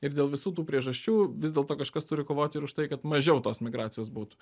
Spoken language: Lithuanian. ir dėl visų tų priežasčių vis dėlto kažkas turi kovoti ir už tai kad mažiau tos migracijos būtų